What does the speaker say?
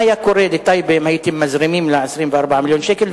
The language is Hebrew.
מה היה קורה לטייבה אם הייתם מזרימים לה 24 מיליון שקל,